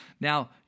Now